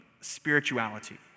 spirituality